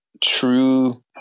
true